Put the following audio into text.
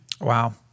Wow